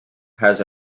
has